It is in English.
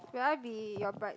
will I be your bride